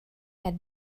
had